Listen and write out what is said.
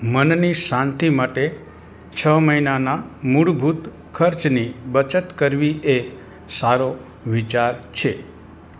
મનની શાંતિ માટે છ મહિનાના મૂળભૂત ખર્ચની બચત કરવી એ સારો વિચાર છે